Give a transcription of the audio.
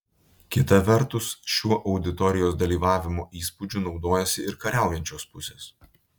kita vertus šiuo auditorijos dalyvavimo įspūdžiu naudojasi ir kariaujančios pusės